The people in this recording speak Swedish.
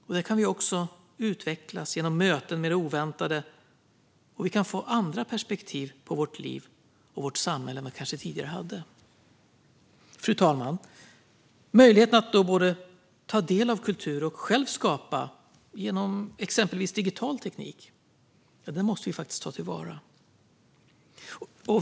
Där kan vi också utvecklas genom möten med det oväntade, och vi kan kanske få andra perspektiv på vårt liv och vårt samhälle än vad vi hade tidigare. Fru talman! Möjligheten att både ta del av kultur och själv skapa genom exempelvis digital teknik måste vi ta till vara.